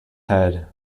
head